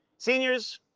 seniors,